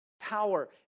power